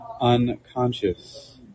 Unconscious